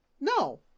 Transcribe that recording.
No